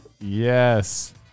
Yes